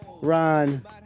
Ron